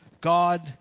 God